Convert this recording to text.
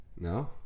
No